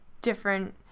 different